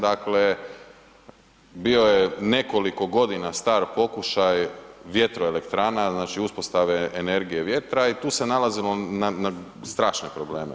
Dakle, bio je nekoliko godina star pokušaj vjetroelektrana znači uspostave energije vjetra i tu se nailazilo na straše probleme.